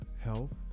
health